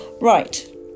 Right